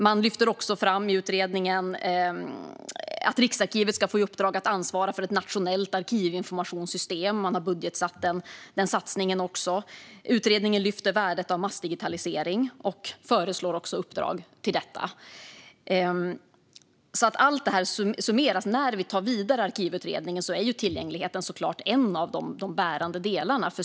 Man lyfter också fram i utredningen att Riksarkivet ska få i uppdrag att ansvara för ett nationellt arkivinformationssystem. Den satsningen har man budgetsatt. Utredningen lyfter fram värdet av massdigitalisering och föreslår också uppdrag till detta. När vi tar Arkivutredningen vidare och allt det här summeras är tillgängligheten såklart en av de bärande delarna.